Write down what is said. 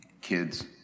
kids